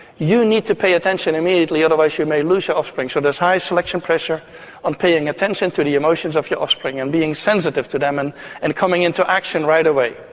you need to pay attention immediately otherwise you may lose your offspring. so there's high selection pressure on paying attention to the emotions of your offspring and being sensitive to them and and coming into action right away.